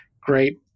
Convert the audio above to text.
great